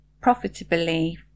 profitably